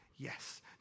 Yes